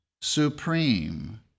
supreme